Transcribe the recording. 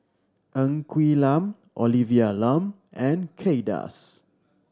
Ng Quee Lam Olivia Lum and Kay Das